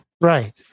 Right